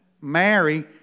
Mary